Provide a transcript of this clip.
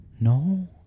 No